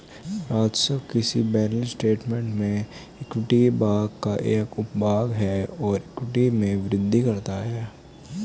राजस्व किसी balance statement में इक्विटी भाग का एक उपभाग है और इक्विटी में वृद्धि करता है